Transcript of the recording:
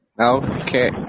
Okay